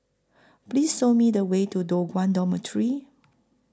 Please Sow Me The Way to Toh Guan Dormitory